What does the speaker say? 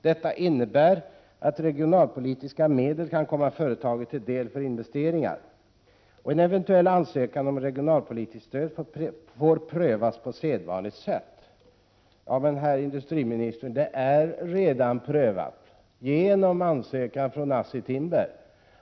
Detta innebär att regionalpolitiska medel kan komma företaget till del för investeringar. En eventuell ansökan om regionalpolitiskt stöd får prövas på sedvanligt sätt.” Herr industriminister! Frågan har redan prövats genom ansökan från ASSI Timber.